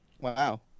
Wow